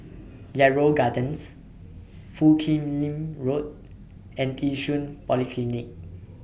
Yarrow Gardens Foo Kim Lin Road and Yishun Polyclinic